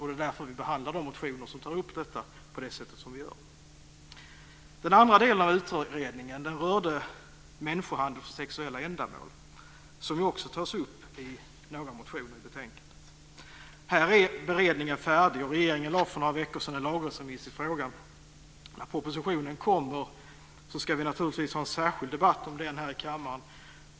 Det är därför vi behandlar de motioner som tar upp detta på det sätt som vi gör. Den andra delen av utredningen rörde människohandel för sexuella ändamål. Det tas också upp i några motioner i betänkandet. Här är beredningen färdig, och regeringen lade för några veckor sedan fram en lagrådsremiss i frågan. När propositionen kommer ska vi naturligtvis ha en särskild debatt om den här i kammaren.